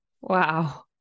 Wow